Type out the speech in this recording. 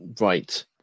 right